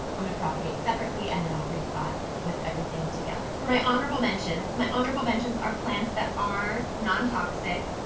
i'm gonna propagate separately and then i'll re-pot with everything together. for my honorable mentions, my honorable mentions are plants that are non-toxic,